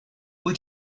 wyt